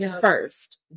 first